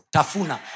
Tafuna